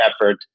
effort